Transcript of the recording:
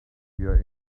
your